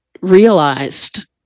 realized